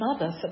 mother